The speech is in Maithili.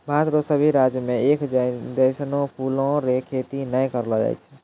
भारत रो सभी राज्य मे एक जैसनो फूलो रो खेती नै करलो जाय छै